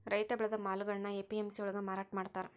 ರೈತ ಬೆಳೆದ ಮಾಲುಗಳ್ನಾ ಎ.ಪಿ.ಎಂ.ಸಿ ಯೊಳ್ಗ ಮಾರಾಟಮಾಡ್ತಾರ್